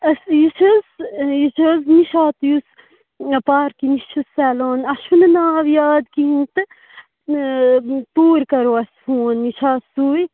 اَسہِ یہِ چھِ حظ یہِ چھِ حظ نِشاط یُس پارکہِ نِش چھُ سیٚلان اَسہِ چھُنہٕ ناو یاد کِہیٖنٛۍ تہٕ توٗرۍ کَریو اَسہِ فون یہِ چھا سُے